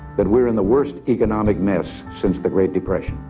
but we're in the worst economic mess since the great depression.